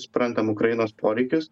suprantam ukrainos poreikius